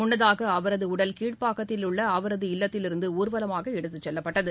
முன்னதாகஅவரதுஉடல் கீழ்ப்பாக்கத்தில் உள்ளஅவரது இல்லத்திலிருந்துணர்வலமாகஎடுத்துச் செல்லப்பட்டது